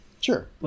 Sure